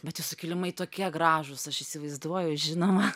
bet jūsų kilimai tokie gražūs aš įsivaizduoju žinoma